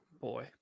boy